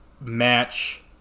Match